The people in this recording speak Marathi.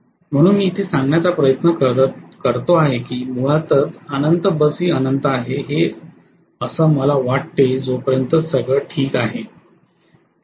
म्हणून मी इथे सांगण्याचा प्रयत्न करतो आहे की मुळातच अनंत बस ही अनंत आहे हे असं मला वाटते जोपर्यंत सगळं ठीक आहे